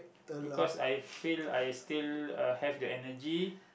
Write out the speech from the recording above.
because I feel I still uh have the energy